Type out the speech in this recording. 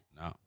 No